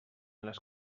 les